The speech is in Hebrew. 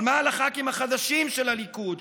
אבל מה על הח"כים החדשים של הליכוד?